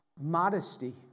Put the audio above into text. Modesty